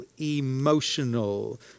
emotional